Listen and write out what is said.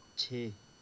چھ